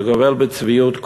זה גובל בצביעות,